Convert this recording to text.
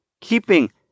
keeping